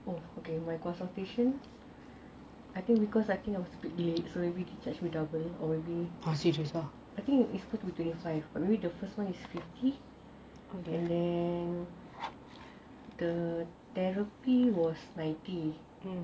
oh okay my consultation I think because I think they charged me double I think is supposed to be twenty five or maybe the first one is fifty and then the therapy was ninety